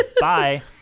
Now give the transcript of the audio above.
bye